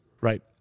right